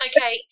Okay